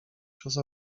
przez